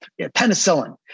penicillin